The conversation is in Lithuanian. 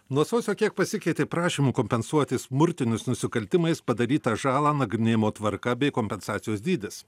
nuo sausio kiek pasikeitė prašymų kompensuoti smurtiniais nusikaltimais padarytą žalą nagrinėjimo tvarka bei kompensacijos dydis